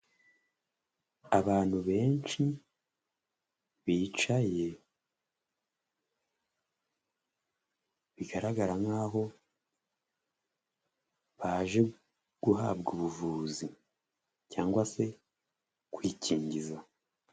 Abantu benshi bicaye bigaragara nk'aho aho baje guhabwa ubuvuzi cyangwa se kwikingiza.